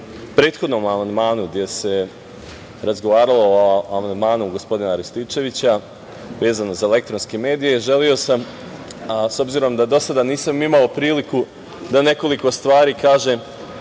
prethodnom amandmanu gde se razgovaralo o amandmanu gospodina Rističevića vezano za elektronske medije, želeo sam, s obzirom da do sada nisam imao priliku da nekoliko stvari kažem